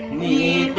the